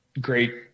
great